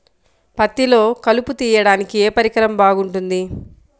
పత్తిలో కలుపు తీయడానికి ఏ పరికరం బాగుంటుంది?